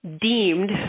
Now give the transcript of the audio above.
deemed